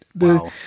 Wow